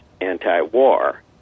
anti-war